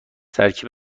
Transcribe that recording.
ترکیب